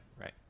right